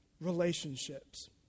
relationships